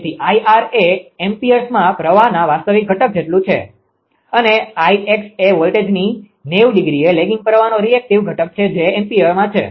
તેથી 𝐼𝑟 એ એમ્પીઅર્સમાં પ્રવાહના વાસ્તવિક ઘટક જેટલું છે અને 𝐼𝑥 એ વોલ્ટેજની 90° એ લેગીંગ પ્રવાહનો રીએક્ટીવ ઘટક છે જે એમ્પીયરમાં છે